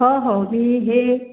हो ही जे